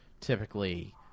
typically